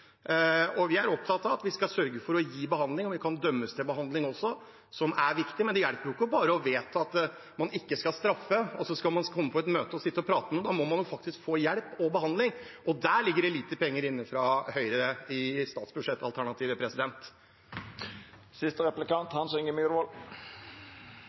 fengsel. Vi er opptatt av at vi skal sørge for å gi behandling, og en kan dømmes til behandling også, noe som er viktig. Men det hjelper ikke bare å vedta at man ikke skal straffe, og så skal man komme på et møte og sitte og prate med noen. Da må man faktisk få hjelp og behandling, og der ligger det lite penger inne fra Høyre i